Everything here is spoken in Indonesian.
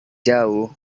jauh